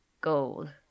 gold